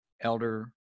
elder